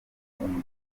umugezi